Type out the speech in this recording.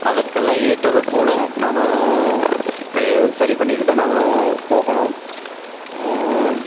அதற்கெல்லாம் ஏற்றதை போல் நம்ம சரி பண்ணிவிட்டுதான் நாம் போகணும்